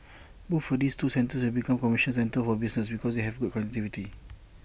both for these two centres will become commercial centres for business because they have good connectivity